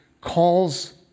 calls